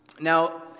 Now